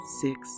six